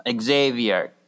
Xavier